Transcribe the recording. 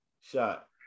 shot